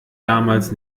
damals